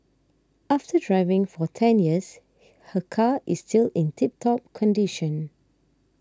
after driving for ten years her car is still in tip top condition